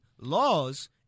laws